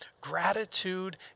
Gratitude